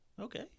Okay